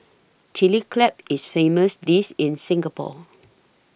Chilli Crab is famous dish in Singapore